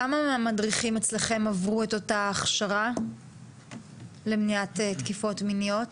כמה מהמדריכים אצלכם עברו אותה הכשרה למניעת תקיפות מיניות?